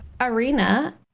Arena